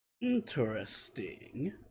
Interesting